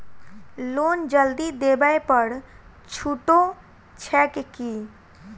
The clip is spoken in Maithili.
लोन जल्दी देबै पर छुटो छैक की?